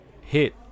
hit